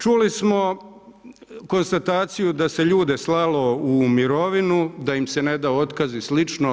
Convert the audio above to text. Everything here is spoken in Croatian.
Čuli smo konstataciju da se ljude slalo u mirovinu da im se ne da otkaz i slično.